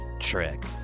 Trick